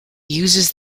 uses